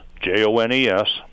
J-O-N-E-S